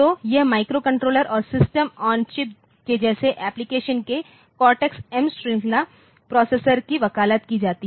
तो यह माइक्रोकंट्रोलर और सिस्टम ऑन चिप के जैसे एप्लीकेशन पर कोर्टेक्स एम श्रृंखला प्रोसेसर की वकालत की जाती है